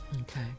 Okay